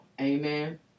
amen